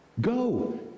Go